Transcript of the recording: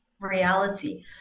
reality